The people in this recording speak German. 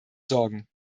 sorgen